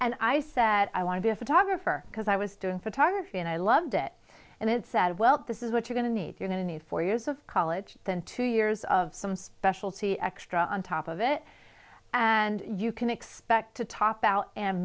photographer because i was doing photography and i loved it and it said well this is what you're going to need you're going to need four years of college than two years of some specialty extra on top of it and you can expect to top out and